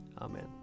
Amen